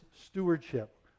stewardship